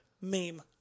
meme